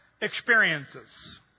experiences